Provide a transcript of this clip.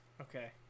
Okay